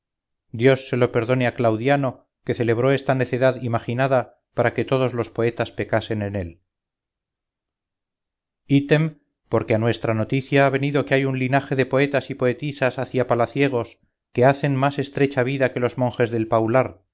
dios se lo perdone a claudiano que celebró esta necedad imaginada para que todos los poetas pecasen en él item porque a nuestra noticia ha venido que hay un linaje de poetas y poetisas hacia palaciegos que hacen más estrecha vida que los monjes del paular